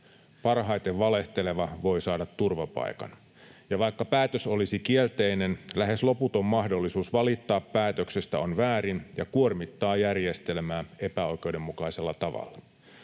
Parhaiten valehteleva voi saada turvapaikan. Ja vaikka päätös olisi kielteinen, lähes loputon mahdollisuus valittaa päätöksestä on väärin ja kuormittaa järjestelmää epäoikeudenmukaisella tavalla.